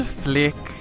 flick